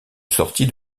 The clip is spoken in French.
sortis